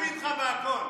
אני מסכים איתך בהכול.